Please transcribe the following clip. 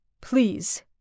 Please